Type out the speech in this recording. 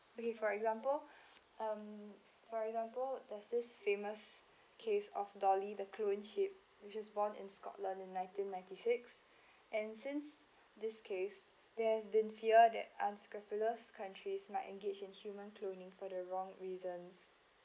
okay for example um for example there's this famous case of dolly the cloned sheep which is born in scotland in nineteen ninety six and since this case there's been fear that unscrupulous countries might engage in human cloning for the wrong reasons